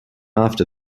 after